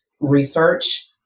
research